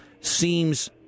seems